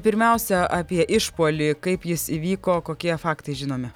pirmiausia apie išpuolį kaip jis įvyko kokie faktai žinomi